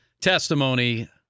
testimony